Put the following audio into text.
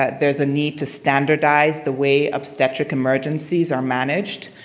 there's a need to standardize the way obstetric emergencies are managed.